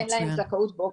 אין להם זכאות פה.